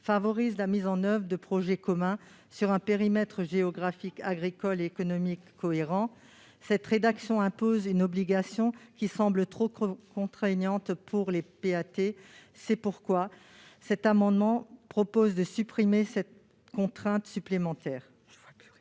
favorisent la mise en oeuvre de projets communs sur un périmètre géographique, agricole et économique cohérent. Cette rédaction impose une obligation qui semble trop contraignante pour les PAT ; l'amendement a donc également pour objet de supprimer cette contrainte supplémentaire.